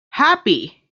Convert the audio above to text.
happy